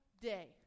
day